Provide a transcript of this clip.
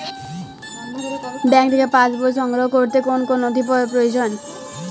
Bank থেকে pass বই সংগ্রহ করতে কোন কোন নথি প্রয়োজন?